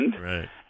Right